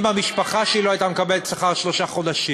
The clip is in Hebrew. אם המשפחה שלי לא הייתה מקבלת שכר שלושה חודשים,